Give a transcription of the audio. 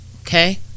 Okay